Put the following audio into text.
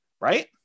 right